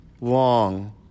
long